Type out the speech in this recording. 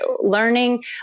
learning